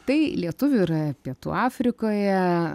tai lietuvių yra pietų afrikoje